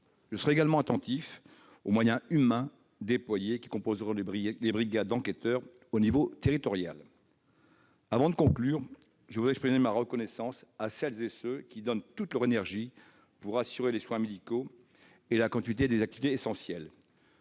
Je serai également attentif aux moyens humains déployés qui composeront les brigades d'enquêteurs au niveau territorial. Avant de conclure, je souhaite exprimer ma reconnaissance à celles et ceux qui donnent toute leur énergie pour assurer les soins médicaux et la continuité des activités essentielles.